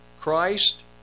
Christ